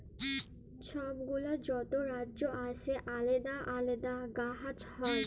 ছব গুলা যত রাজ্যে আসে আলেদা আলেদা গাহাচ হ্যয়